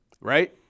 right